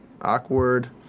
awkward